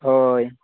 हय